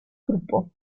gruppo